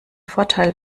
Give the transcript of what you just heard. vorteil